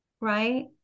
right